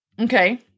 Okay